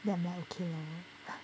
乱来给我